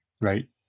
right